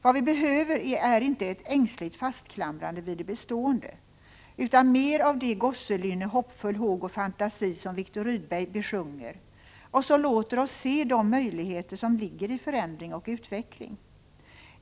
Vad vi behöver är inte ett ängsligt fastklamrande vid det bestående utan mer av det ”gosselynne, hoppfull håg och fantasi” som Viktor Rydberg besjunger och som låter oss se de möjligheter som ligger i förändring och utveckling.